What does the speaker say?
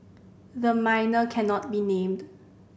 the minor cannot be named